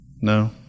No